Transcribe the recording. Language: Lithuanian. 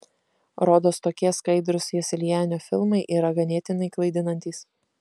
rodos tokie skaidrūs joselianio filmai yra ganėtinai klaidinantys